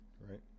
Right